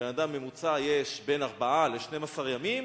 לבן-אדם ממוצע יש 4 12 ימים,